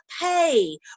pay